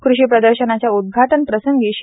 कृषी प्रदर्शनाच्या उद्घाटन प्रसंगी श्री